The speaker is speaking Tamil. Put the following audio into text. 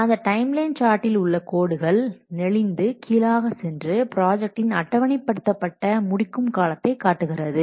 அந்த டைம் லைன் சார்ட்டில் உள்ள கோடுகள் நெளிந்து கீழாக சென்று ப்ராஜெக்ட்டின் அட்டவணைப்படுத்தப்பட்ட முடிக்கும் காலத்தைக் காட்டுகிறது